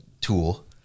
tool